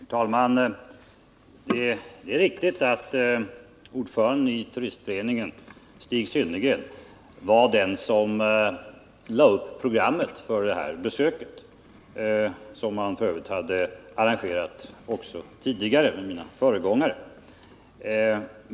Herr talman! Det är riktigt att ordföranden i Turistföreningen Stig Synnergren var den som lade upp programmet för besöket. Sådana besök hade man f. ö. arrangerat också tidigare för mina föregångare.